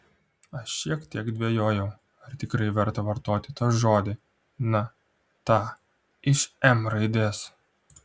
aš šiek tiek dvejojau ar tikrai verta vartoti tą žodį na tą iš m raidės